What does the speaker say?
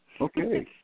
Okay